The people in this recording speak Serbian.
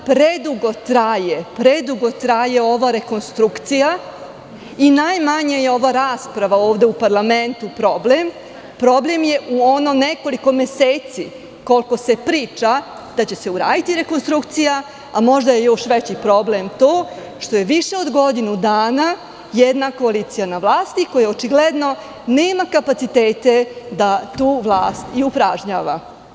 Predugo traje ova rekonstrukcija i najmanje je ova rasprava ovde u parlamentu problem, problem je u ono nekoliko meseci koliko se priča da će se uraditi rekonstrukcija, a možda je još veći problem to što je više od godinu dana jedna koalicija na vlasti koja očigledno nema kapacitete da tu vlast i upražnjava.